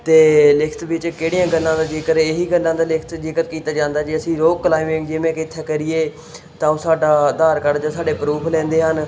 ਅਤੇ ਲਿਖਤ ਵਿੱਚ ਕਿਹੜੀਆਂ ਗੱਲਾਂ ਦਾ ਜ਼ਿਕਰ ਇਹ ਹੀ ਗੱਲਾਂ ਦਾ ਲਿਖਤ ਜ਼ਿਕਰ ਕੀਤਾ ਜਾਂਦਾ ਜੀ ਅਸੀਂ ਰੋਕ ਕਲਾਈਮਿੰਗ ਜਿਵੇਂ ਕਿ ਇੱਥੇ ਕਰੀਏ ਤਾਂ ਉਹ ਸਾਡਾ ਆਧਾਰ ਕਾਰਡ ਜਾਂ ਸਾਡੇ ਪ੍ਰੂਫ ਲੈਂਦੇ ਹਨ